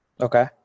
Okay